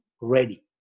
ready